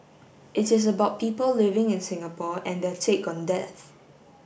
it is about people living in Singapore and their take on death